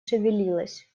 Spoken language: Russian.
шевелилась